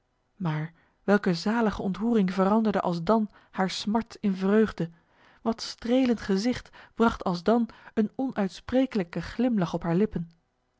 maar welke zalige ontroering veranderde alsdan haar smart in vreugde wat strelend gezicht bracht alsdan een onuitsprekelijke glimlach op haar lippen